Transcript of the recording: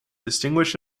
distinguish